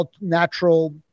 natural